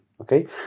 okay